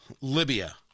Libya